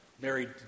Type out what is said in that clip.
married